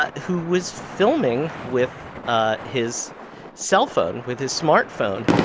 but who was filming with ah his cellphone with his smartphone.